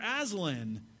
Aslan